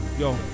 Yo